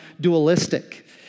dualistic